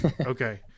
okay